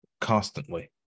constantly